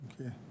Okay